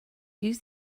use